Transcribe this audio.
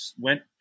went